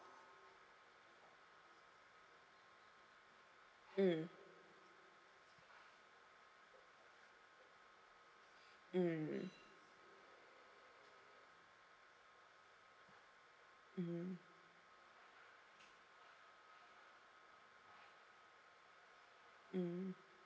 mm mm mmhmm mm